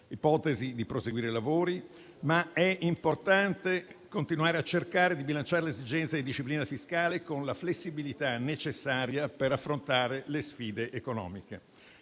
l'ipotesi di proseguire i lavori, ma è importante continuare a cercare di bilanciare le esigenze di disciplina fiscale con la flessibilità necessaria per affrontare le sfide economiche,